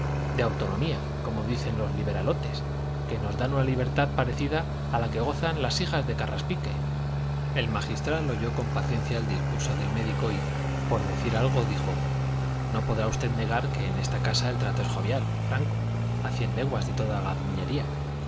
de autonomía como dicen los liberalotes que nos dan una libertad parecida a la que gozan las hijas de carraspique el magistral oyó con paciencia el discurso del médico y por decir algo dijo no podrá usted negar que en esta casa el trato es jovial franco a cien leguas de toda